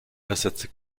ersetze